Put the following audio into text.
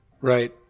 right